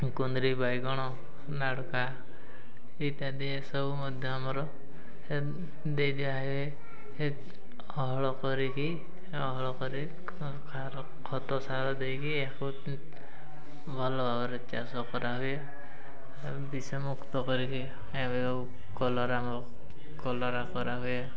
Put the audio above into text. କୁନ୍ଦୁରି ବାଇଗଣ ନାଡ଼କା ଇତ୍ୟାଦି ଏସବୁ ମଧ୍ୟ ଆମର ଦେଇ ଯାହା ହୁଏ ହଳ କରିକି ହଳ କରି ଖତ ସାର ଦେଇକି ଏହାକୁ ଭଲ ଭାବରେ ଚାଷ କରାହୁଏ ବିଷମୁକ୍ତ କରିକି ଏହାକୁ କଲରା କଲରା କରାହୁଏ